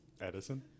Edison